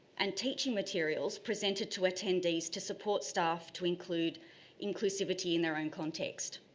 and teaching materials presented to attendees to support staff to include inclusivity in their own contacts.